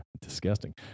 Disgusting